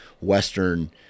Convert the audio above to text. Western